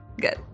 good